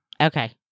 Okay